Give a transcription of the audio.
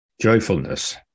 joyfulness